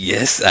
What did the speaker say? Yes